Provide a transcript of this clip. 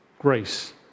Grace